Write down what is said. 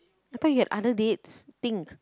I thought you had other dates think